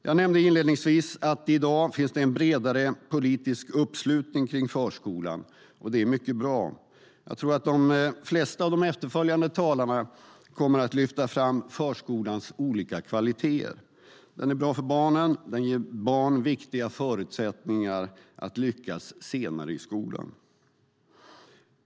Jag nämnde inledningsvis att det i dag finns en bredare politisk uppslutning kring förskolan, och det är mycket bra. Jag tror att de flesta av de efterföljande talarna kommer att lyfta fram förskolans olika kvaliteter. Den är bra för barnen. Den ger barn viktiga förutsättningar att lyckas senare i skolan.